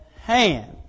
hand